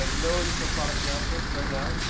ah no additional product announcement right now.